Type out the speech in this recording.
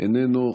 איננו,